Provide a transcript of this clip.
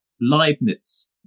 Leibniz